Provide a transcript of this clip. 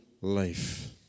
life